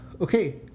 okay